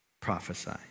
prophesy